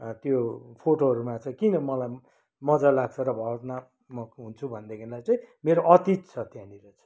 त्यो फोटोहरूमा चाहिँ किन मलाई मजा लाग्छ र भावनात्मक हुन्छु भनेदेखिलाई चाहिँ मेरो अतीत छ त्यहाँनिर चाहिँ